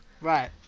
Right